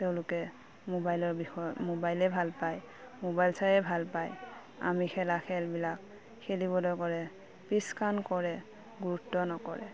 তেওঁলোকে মোবাইলৰ বিষয়ে মোবাইলে ভাল পায় মোবাইল চাইয়ে ভাল পায় আমি খেলা খেলবিলাক খেলিবলৈ ক'লে পিছকাণ কৰে গুৰুত্ব নকৰে